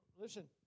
Listen